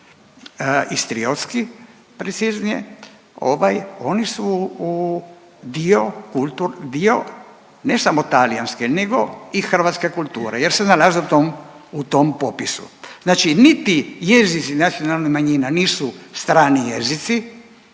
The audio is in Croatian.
istriotski preciznije oni su dio ne samo talijanske nego i hrvatske kulture jer se nalaze u tom popisu. Znači niti jezici nacionalnih manjina nisu strani jezici